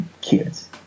kids